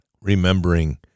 remembering